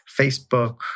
Facebook